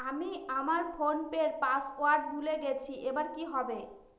আমি আমার ফোনপের পাসওয়ার্ড ভুলে গেছি এবার কি হবে?